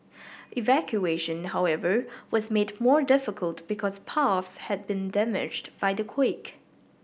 evacuation however was made more difficult because paths had been damaged by the quake